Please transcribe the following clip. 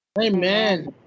Amen